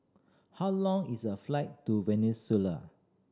how long is the flight to Venezuela